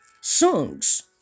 songs